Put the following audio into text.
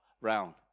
round